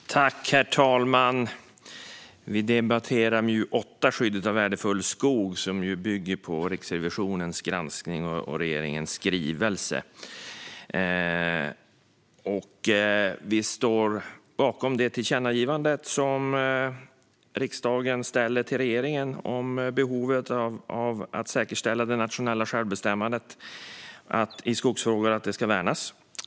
Herr talman! Vi debatterar miljö och jordbruksutskottets betänkande 8, Skyddet av värdefull skog , som bygger på Riksrevisionens granskning och regeringens skrivelse. Vi ställer oss bakom tillkännagivandet från riksdagen till regeringen om behovet av att säkerställa att det nationella självbestämmandet i skogsfrågor värnas.